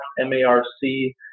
M-A-R-C